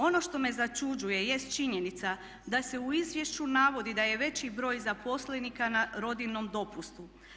Ono što me začuđuje jest činjenica da se u izvješću navodi da je veći broj zaposlenika na rodiljnom dopustu.